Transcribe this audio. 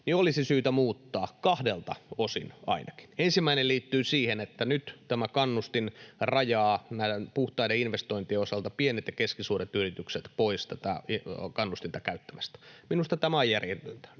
tuo, olisi syytä muuttaa kahdelta osin ainakin. Ensimmäinen liittyy siihen, että nyt tämä kannustin rajaa näiden puhtaiden investointien osalta pienet ja keskisuuret yritykset pois tätä kannustinta käyttämästä. Minusta tämä on järjetöntä.